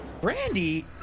Brandy